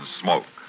smoke